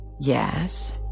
Yes